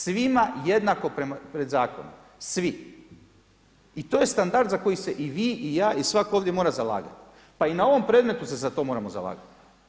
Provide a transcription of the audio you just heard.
Svima jednako pred zakonom, svi i to je standard za koji se i vi i ja i svako ovdje mora zalagati, pa i na ovom predmetu se za to moramo zalagati.